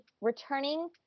returning